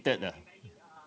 addicted ah